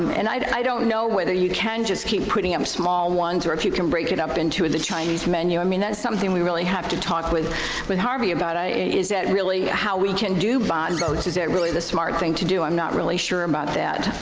and i don't know whether you can just keep putting up small ones or whether you can break it up into the chinese menu, i mean, that's something we really have to talk with with harvey about. is that really how we can do bond votes? is that really the smart thing to do? i'm not really sure about that.